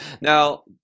Now